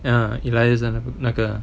ah elias 那个